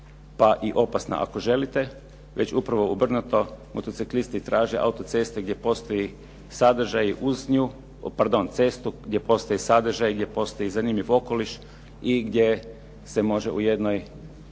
pa i opasna ako želite već upravo obrnuto. Motociklisti traže autoceste gdje postoji sadržaj uz nju. Pardon, cestu gdje postoji sadržaj, gdje postoji zanimljiv okoliš i gdje se može u jednoj,